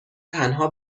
تنها